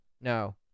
No